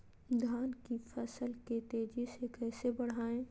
धान की फसल के तेजी से कैसे बढ़ाएं?